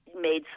made